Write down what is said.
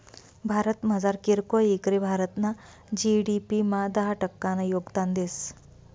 भारतमझार कीरकोय इकरी भारतना जी.डी.पी मा दहा टक्कानं योगदान देस